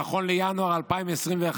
נכון לינואר 2021,